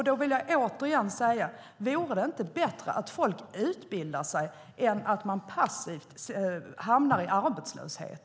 Då vill jag återigen säga: Är det inte bättre att folk utbildar sig än att man passivt hamnar i arbetslöshet?